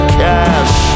cash